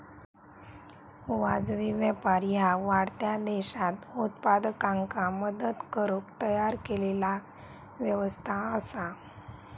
वाजवी व्यापार ह्या वाढत्या देशांत उत्पादकांका मदत करुक तयार केलेला व्यवस्था असा